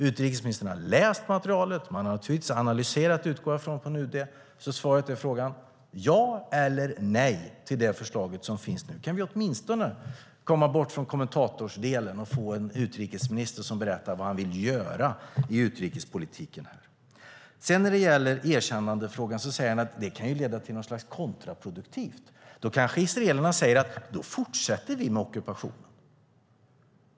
Utrikesministern har läst materialet, och jag utgår från att UD har analyserat det, så är svaret på frågan ja eller nej till det förslag som finns nu? Kan vi åtminstone komma bort från kommentatorsdelen och få en utrikesminister som berättar vad han vill göra i utrikespolitiken? När det sedan gäller erkännandefrågan säger han att det kan leda till något slags kontraproduktivt, att då kanske israelerna säger att de fortsätter med ockupationen.